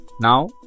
Now